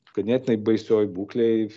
ganėtinai baisioj būklėj